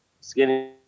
skinny